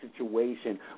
situation